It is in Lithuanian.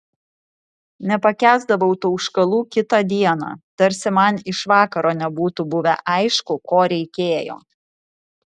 nepakęsdavau tauškalų kitą dieną tarsi man iš vakaro nebūtų buvę aišku ko reikėjo